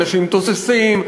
אנשים תוססים,